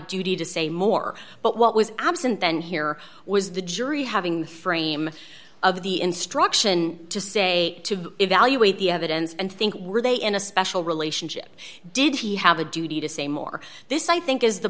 duty to say more but what was absent then here was the jury having the frame of the instruction to say to evaluate the evidence and think were they in a special relationship did he have a duty to say more this i think is the